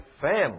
family